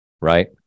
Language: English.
Right